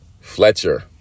Fletcher